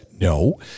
No